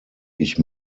ich